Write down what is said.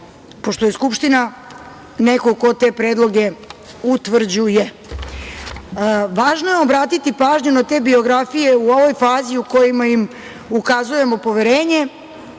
pošto je Skupština neko ko te predloge utvrđuje. Važno je obratiti pažnju na te biografije u ovoj fazi u kojima im ukazujemo poverenje